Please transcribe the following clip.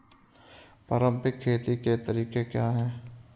पारंपरिक खेती के तरीके क्या हैं?